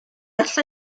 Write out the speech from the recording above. alla